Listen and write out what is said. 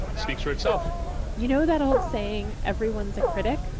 speaks for itself you know that old saying, everyone's a critic?